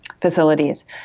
facilities